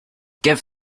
give